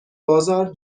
بازار